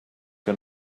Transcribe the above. que